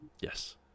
Yes